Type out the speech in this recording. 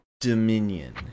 Dominion